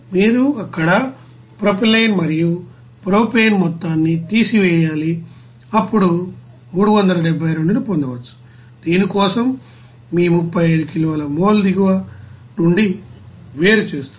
మీరు అక్కడ ప్రొపైలిన్ మరియు ప్రొపేన్ మొత్తాన్ని తీసివేయాలి అప్పుడు 372 ను పొందవచ్చు దీని కోసం మీ 35 కిలోల మోల్ దిగువ నుండి వేరుచేస్తుంది